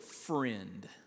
friend